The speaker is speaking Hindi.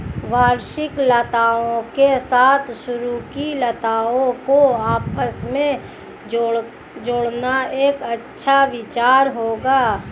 वार्षिक लताओं के साथ सरू की लताओं को आपस में जोड़ना एक अच्छा विचार होगा